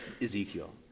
Ezekiel